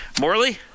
Morley